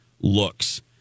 looks